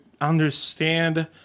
understand